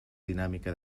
dinàmica